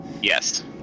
yes